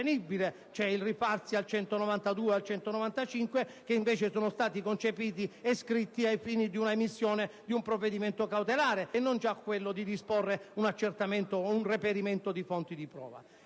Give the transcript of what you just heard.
di procedura penale, che invece sono stati concepiti e scritti al fine dell'emissione di un provvedimento cautelare e non già di disporre un accertamento o un reperimento di fonti di prova